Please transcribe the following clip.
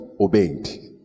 obeyed